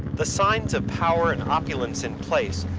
the signs of power and opulence in place,